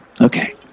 Okay